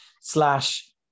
slash